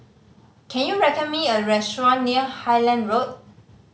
can you me a restaurant near Highland Road